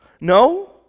No